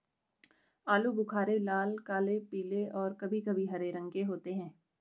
आलू बुख़ारे लाल, काले, पीले और कभी कभी हरे रंग के होते हैं